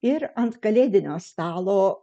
ir ant kalėdinio stalo